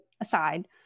aside